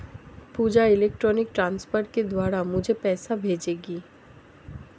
पूजा electronic transfer के द्वारा मुझें पैसा भेजेगी